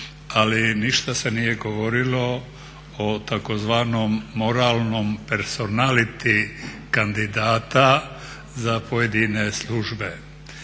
ali ništa se nije govorilo o tzv. moralnom personaliti kandidata za pojedine služe.